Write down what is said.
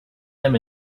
them